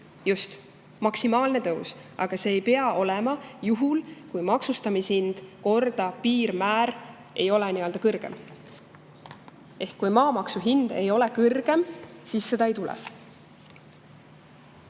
Just, maksimaalne tõus! Aga see ei pea olema juhul, kui maa maksustamishind korrutatuna piirmääraga ei ole kõrgem. Kui maamaksu hind ei ole kõrgem, siis seda ei tule.